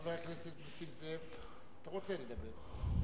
חבר הכנסת נסים זאב רוצה לדבר,